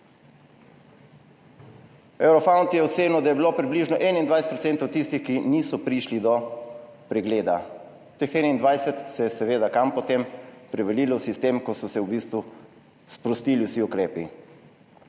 Eurofound je ocenil, da je bilo približno 21 % tistih, ki niso prišli do pregleda. Teh 21 se je seveda kam potem prevalilo? V sistem, ko so se v bistvu sprostili vsi ukrepi.